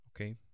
okay